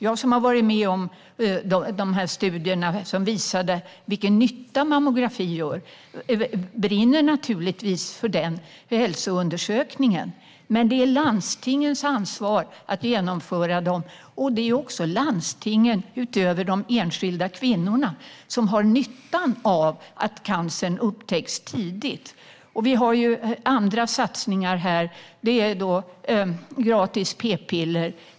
Jag, som har varit med om de studier som visade vilken nytta mammografin gör, brinner naturligtvis för dessa undersökningar, men det är landstingens ansvar att genomföra dem, och det är också landstingen, utöver de enskilda kvinnorna, som har nytta av att cancern upptäcks tidigt. Det finns andra satsningar här, till exempel gratis p-piller.